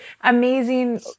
amazing